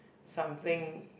something